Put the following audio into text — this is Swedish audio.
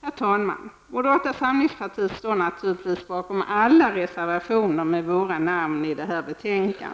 Herr talman! Moderata samlingspartiet står naturligtvis bakom alla reservationer med våra namn i detta betänkande.